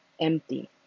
empty